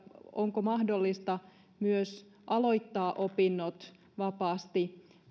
onko mahdollista myös aloittaa opinnot vapaasti